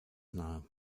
nahe